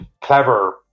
clever